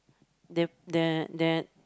the there that